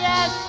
Yes